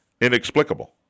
Inexplicable